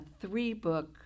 three-book